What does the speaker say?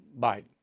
Biden